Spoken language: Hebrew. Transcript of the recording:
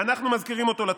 אנחנו מזכירים אותו לטוב.